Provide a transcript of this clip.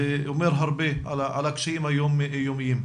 זה אומר הרבה על הקשיים היומיומיים.